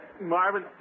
Marvin